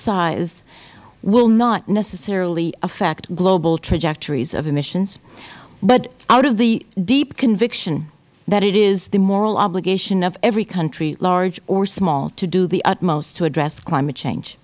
size will not necessarily affect global trajectories of emissions but out of the deep conviction that it is the moral obligation of every country large or small to do the utmost to address climate change